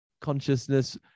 consciousness